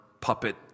puppet